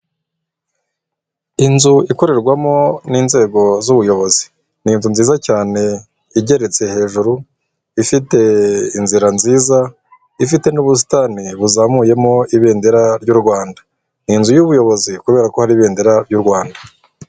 Inzu ikorerwamo n'inzego z'ubuyobozi. Ni inzu nziza cyane igeretse hejuru, ifite inzira nziza, ifite n'ubusitani buzamuyemo ibendera ry'u Rwanda. Ni inzu y'ubuyobozi kubera ko hari ibendera ry'u Rwanda.